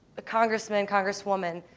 the congressmen, congresswomen,